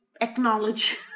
acknowledge